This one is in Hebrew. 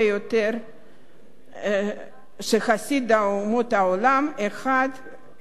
שחסיד אומות העולם אחד הציל בתקופת השואה.